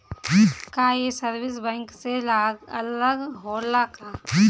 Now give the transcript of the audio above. का ये service bank से अलग होला का?